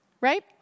right